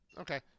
Okay